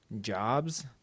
jobs